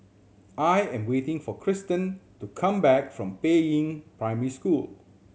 I am waiting for Christin to come back from Peiying Primary School